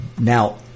Now